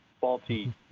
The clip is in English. faulty